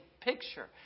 picture